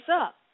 up